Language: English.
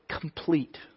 complete